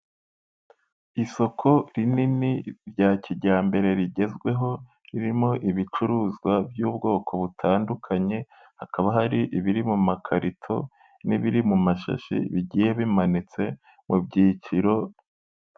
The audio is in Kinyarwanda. Isoko rinini rya kijyambere rigezweho ririmo ibicuruzwa by'ubwoko butandukanye, hakaba hari ibiri mu makarito n'ibiri mu mashashi bigiye bimanitse mu byiciro.